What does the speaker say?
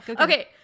Okay